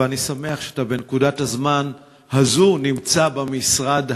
ואני שמח שאתה בנקודת הזמן הזאת נמצא במשרד הזה,